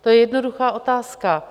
To je jednoduchá otázka.